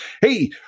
Hey